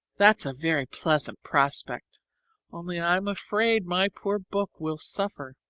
that's a very pleasant prospect only i am afraid my poor book will suffer.